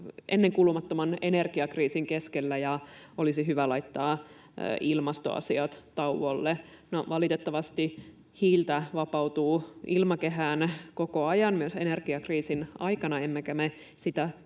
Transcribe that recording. ennenkuulumattoman energiakriisin keskellä ja olisi hyvä laittaa ilmastoasiat tauolle. No, valitettavasti hiiltä vapautuu ilmakehään koko ajan myös energiakriisin aikana, emmekä me sitä